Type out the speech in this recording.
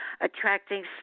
attracting